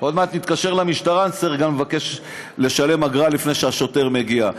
עוד מעט נתקשר למשטרה ונצטרך גם לשלם אגרה לפני שהשוטר מגיע.